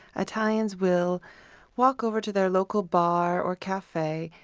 italians will walk over to their local bar or cafe,